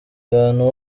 abantu